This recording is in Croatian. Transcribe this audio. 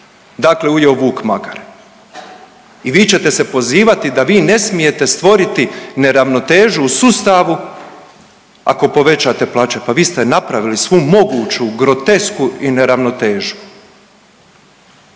Dakle, ujeo vuk magare. I vi ćete se pozivati da vi ne smijete stvoriti neravnotežu u sustavu ako povećate plaće. Pa vi ste napravili svu moguću grotesku i neravnotežu.